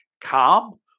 calm